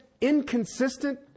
inconsistent